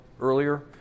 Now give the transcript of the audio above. earlier